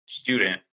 student